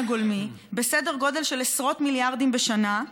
הגולמי בסדר גודל של עשרות מיליארדים בשנה,